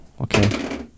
Okay